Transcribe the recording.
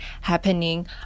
happening